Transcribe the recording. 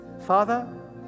Father